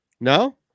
No